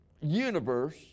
universe